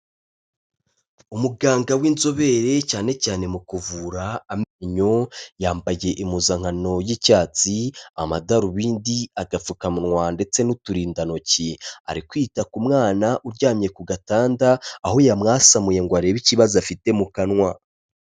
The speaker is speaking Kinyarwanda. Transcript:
Umuganga w'inzobere cyane cyane mu kuvura amenyo, yambagiye impuzankano y'icyatsi, amadarubindi, agapfukamunwa ndetse n'uturindantoki, ari kwita ku mwana uryamye ku gatanda aho yamwasamuye ngo arebe ikibazo afite mu kanwa.